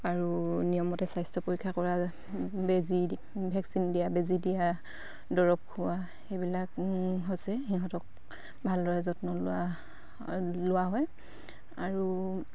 আৰু নিয়মমতে স্বাস্থ্য পৰীক্ষা কৰা বেজী ভেকচিন দিয়া বেজী দিয়া দৰৱ খোৱা সেইবিলাক হৈছে সিহঁতক ভালদৰে যত্ন লোৱা হয় আৰু